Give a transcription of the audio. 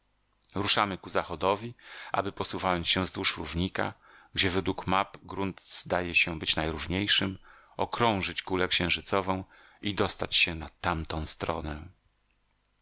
ruszamy ku zachodowi aby posuwając się wzdłuż równika gdzie według map grunt zdaje się być najrówniejszym okrążyć kulę księżycową i dostać się na tamtą stronę